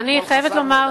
אני חייבת לומר,